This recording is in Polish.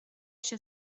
się